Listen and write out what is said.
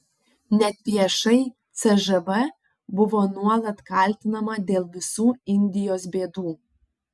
net viešai cžv buvo nuolat kaltinama dėl visų indijos bėdų